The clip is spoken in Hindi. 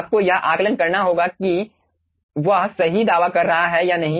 आपको यह आकलन करना होगा कि वह सही दावा कर रहा है या नहीं